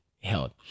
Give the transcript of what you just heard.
health